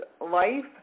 life